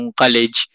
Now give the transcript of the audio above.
college